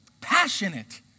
passionate